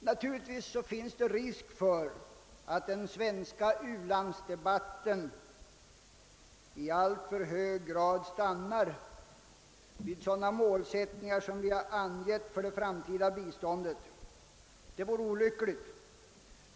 Naturligtvis finns det risk för att den svenska u-landsdebatten i alltför hög grad stannar vid sådana målsättningar som vi har angivit för det framtida biståndet. Det vore olyckligt.